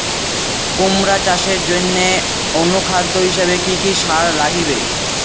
কুমড়া চাষের জইন্যে অনুখাদ্য হিসাবে কি কি সার লাগিবে?